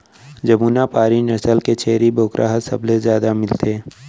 जमुना पारी नसल के छेरी बोकरा ह सबले जादा मिलथे